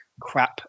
crap